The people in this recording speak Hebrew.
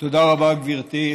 תודה רבה, גברתי.